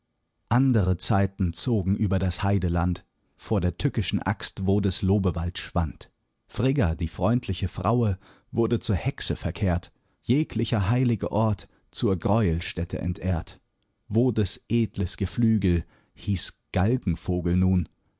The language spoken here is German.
andere zeiten zogen über das heideland vor der tückischen axt wodes lobewald schwand frigga die freundliche fraue wurde zur hexe verkehrt jeglicher heilige ort zur greuelstätte entehrt wodes edles geflügel hieß galgenvogel nun